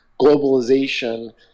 globalization